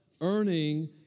earning